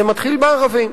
זה מתחיל בערבים,